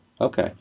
Okay